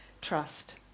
trust